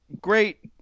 great